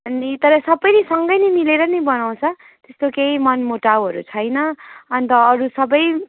अनि तर सबैले सँगै नै मिलेर नै बनाउँछ त्यस्तो केही मनमुटाउहरू छैन अनि त अरू सबै